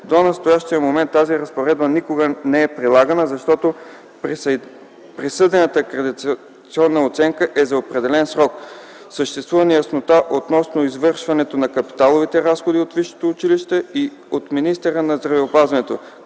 До настоящия момент тази разпоредба никога не е прилагана, защото присъдената акредитационна оценка е за определен срок, съществува неяснота относно извършването на капиталовите разходи от висшето училище и от министъра на здравеопазването,